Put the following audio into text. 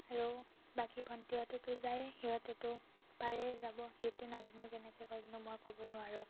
আৰু বাকী ভণ্টিহঁতেটো যায়েই সিহঁতেতো পাৰে যাব সিহঁতে নাজনোঁ কেনেকৈ কয় কিন্তু মই ক'ব নোৱাৰোঁ